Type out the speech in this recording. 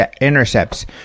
intercepts